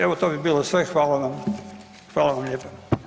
Evo to bi bilo sve hvala vam lijepa.